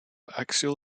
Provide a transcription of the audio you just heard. axial